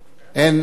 And here,